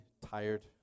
tired